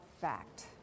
fact